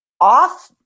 off